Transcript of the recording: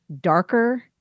darker